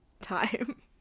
time